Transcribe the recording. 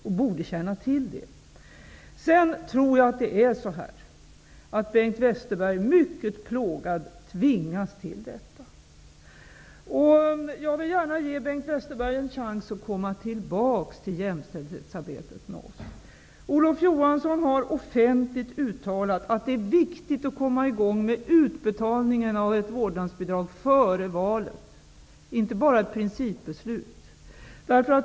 Därför borde han också känna till det. Jag tror att Bengt Westerberg är mycket plågad när han tvingas till detta. Jag vill gärna ge Bengt Westerberg en chans att komma tillbaks till jämställdhetsarbetet med oss. Olof Johansson har offentligt uttalat att det är viktigt att komma i gång med utbetalningen av ett vårdnadsbidrag före valet och inte bara fatta ett principbeslut.